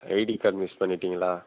ID card miss பண்ணிட்டிங்களா